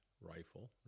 rifle